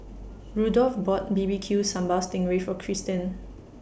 Rudolph bought B B Q Sambal Sting Ray For Christen